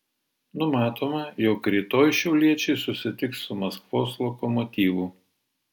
numatoma jog rytoj šiauliečiai susitiks su maskvos lokomotyvu